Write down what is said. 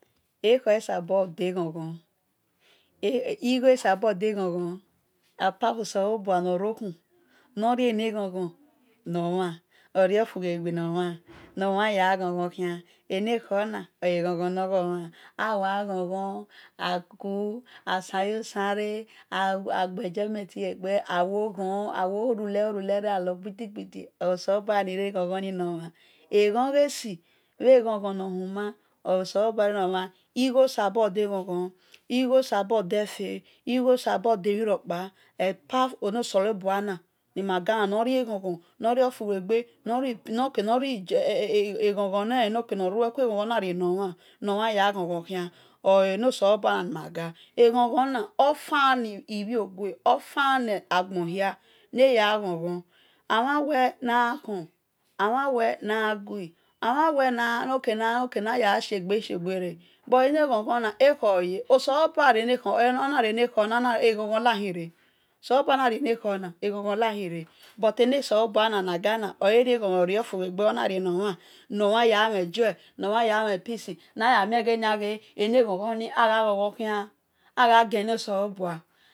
igho sabor de-ghonghon apart from oselobua nor-ro khu nor rie ne-ghon-ghon nor mhan orio-fubhe ghe no mhan nor mhan yan ya ghu ghon gho khian ene kho na o e̱ ghon-ghon nor ghor mhan aku sanyo sanre ah gbe joimenti yeh ghe arule yo rule re aruo gbidi-gbidi osenobuo rie neh ghon ghon ni nor mhan eghonghesi bhie ghon ghon nor human oro senobua rie no mhan igho sabo de̱ ghon-ghon igho sabor de apart from enosenobua na igho sabo day ghon ghon eghon ghona ofan ni obhogue ofan na gbonhia na ya gha ghono obhan we̱h gha gui omhan weh na gha shie gbe yo shei gbere enegho ghona ekhor oye osenobua na rie na khor na eghon-ghon nahiri but enosenobua nu nagu nor mhan ya gha mhen joy nor mhan ya gha mhen peace agha ghon ghon khia agha gen mo senobua